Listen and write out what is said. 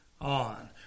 on